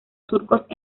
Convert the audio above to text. surcos